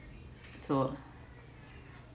so